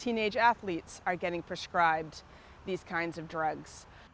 eenage athletes are getting prescribed these kinds of drugs